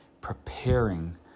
Preparing